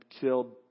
killed